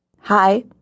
Hi